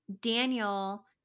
Daniel